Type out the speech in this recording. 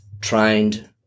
trained